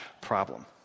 problem